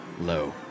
Low